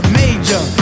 major